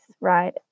right